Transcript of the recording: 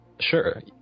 sure